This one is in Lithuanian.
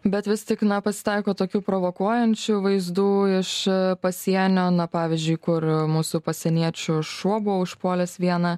bet vis tik na pasitaiko tokių provokuojančių vaizdų iš pasienio na pavyzdžiui kur mūsų pasieniečių šuo buvo užpuolęs vieną